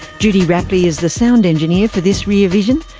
judy rapley is the sound engineer for this rear vision.